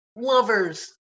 lovers